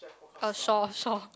uh shore shore